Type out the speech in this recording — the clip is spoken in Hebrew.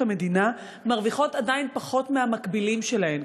המדינה מרוויחות עדיין פחות מהמקבילים שלהן.